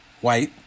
white